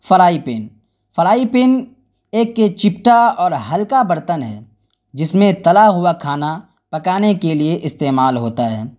fry pan fry pan ایک یہ چپٹا اور ہلکا برتن ہے جس میں تلا ہوا کھانا پکانے کے لیے استعمال ہوتا ہے